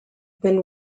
then